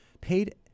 paid